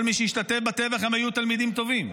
כל מי שהשתתף בטבח היו תלמידים טובים.